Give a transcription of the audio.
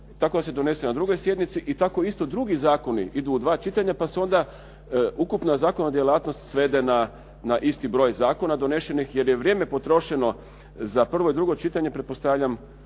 tako da se donese na drugoj sjednici. I tako isto drugi zakoni idu u dva čitanja, pa se onda ukupna zakonodavna djelatnost svede na isti broj zakona donesenih jer je vrijeme potrošeno za prvo i drugo čitanje,